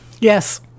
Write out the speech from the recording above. Yes